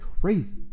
crazy